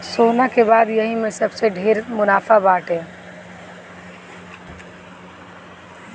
सोना के बाद यही में सबसे ढेर मुनाफा बाटे